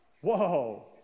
whoa